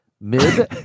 Mid